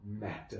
matter